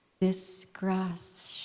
this grass shhh.